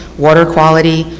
water quality,